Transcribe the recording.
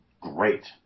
great